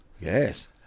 Yes